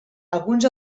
alguns